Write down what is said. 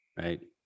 right